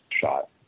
shot